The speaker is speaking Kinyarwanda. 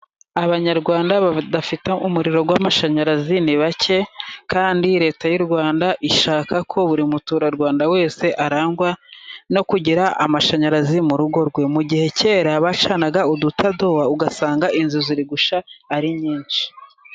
Abanyarwanda badafite umuriro w'amashanyarazi ni bake, kandi Reta y'u Rwanda ishaka ko buri muturarwanda wese arangwa no kugira amashanyarazi mu rugo rwe, mu gihe kera bacanaga udutadowa, ugasanga inzu ziri gushya ari nyinshi.